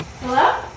Hello